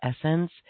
essence